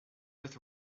with